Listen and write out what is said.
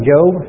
Job